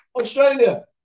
Australia